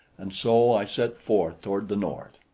and so i set forth toward the north.